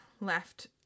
left